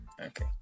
Okay